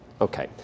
okay